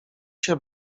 się